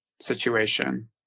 situation